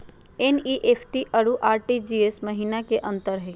NEFT अरु RTGS महिना का अंतर हई?